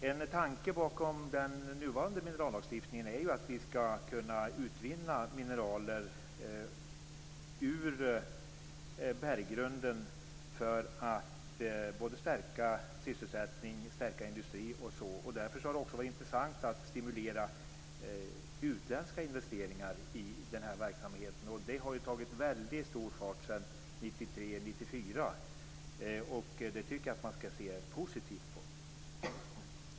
En tanke bakom den nuvarande minerallagstiftningen är ju att vi skall kunna utvinna mineral ur berggrunden för att öka sysselsättningen och stärka industrin. Därför har det också varit intressant att stimulera utländska investeringar i denna verksamhet. Och det har ju tagit fart ordentligt sedan 1993-1994. Och det tycker jag att man skall se positivt på.